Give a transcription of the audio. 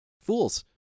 Fools